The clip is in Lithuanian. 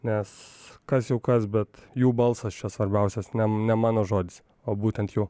nes kas jau kas bet jų balsas čia svarbiausias ne ne mano žodis o būtent jų